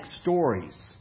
stories